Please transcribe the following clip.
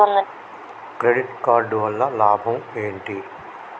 Credit card వల్ల లాభం ఏంటి?